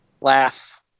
laugh